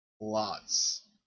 Lots